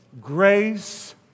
grace